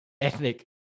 ethnic